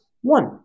One